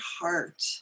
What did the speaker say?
heart